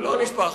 לא נשפך?